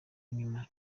nyuma